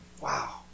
Wow